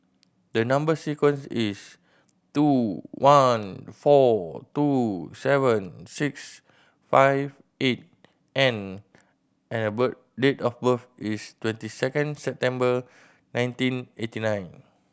the number sequence is Two one four two seven six five eight N and date of birth is twenty second September nineteen eighteen nine